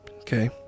Okay